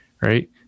right